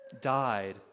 died